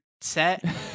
set